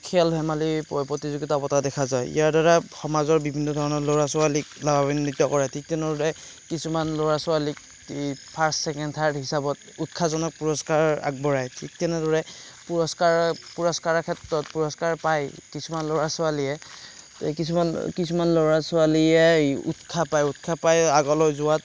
খেল ধেমালি প্ৰতিযোগিতা পতা দেখা যায় ইয়াৰদ্বাৰা সমাজৰ বিভিন্নধৰণৰ ল'ৰা ছোৱালীক লাভাৱান্বিত কৰে ঠিক তেনেদৰে কিছুমান ল'ৰা ছোৱালীক এই ফাৰ্ষ্ট ছেকেণ্ড থাৰ্ড হিচাপত উৎসাহজনক পুৰস্কাৰ আগবঢ়ায় ঠিক তেনেদৰে পুৰস্কাৰ পুৰস্কাৰৰ ক্ষেত্ৰত পুৰস্কাৰ পায় কিছুমান ল'ৰা ছোৱালীয়ে কিছুমান কিছুমান ল'ৰা ছোৱালীয়ে উৎসাহ পায় উৎসাহ পায় আগলৈ যোৱাত